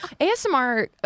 ASMR